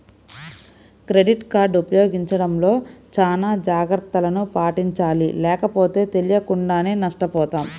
credit card ఉపయోగించడంలో చానా జాగర్తలను పాటించాలి లేకపోతే తెలియకుండానే నష్టపోతాం